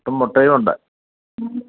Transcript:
പുട്ടും മുട്ടയും ഉണ്ട്